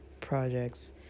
projects